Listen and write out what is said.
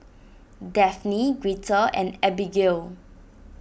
Dafne Greta and Abigail